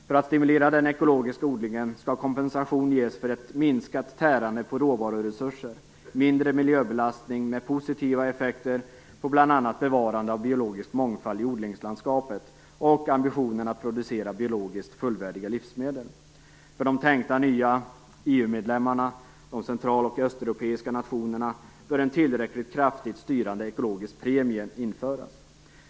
För att stimulera den ekologiska odlingen skall kompensation ges för ett minskat tärande på råvaruresurser, mindre miljöbelastning med positiva effekter på bl.a. bevarande av biologisk mångfald i odlingslandskapet och ambitionen att producera biologiskt fullvärdiga livsmedel. För de tänkta nya EU-medlemmarna, de central och östeuropeiska nationerna, bör en tillräckligt kraftigt styrande ekologisk premie införas. 6.